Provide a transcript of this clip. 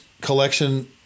collection